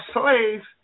slaves